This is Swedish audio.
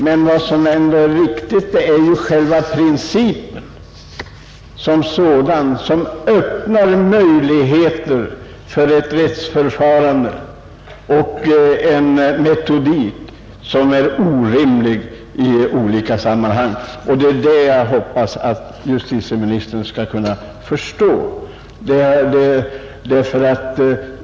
Men vad som ändå är viktigt är ju själva principen, som öppnar möjligheter till ett rättsförfarande som är orimligt. Det är det jag hoppas att justitieministern skall kunna förstå.